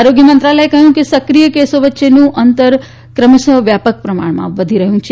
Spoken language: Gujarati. આરોગ્ય મંત્રાલયે કહ્યું છે કે સક્રિય કેસોવચ્ચેનું અંતર ક્રમશ વ્યાપક પ્રમાણમાં વધી રહ્યું છે